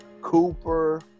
Cooper